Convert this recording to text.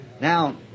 Now